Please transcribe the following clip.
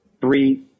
three